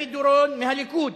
חמי דורון מהליכוד.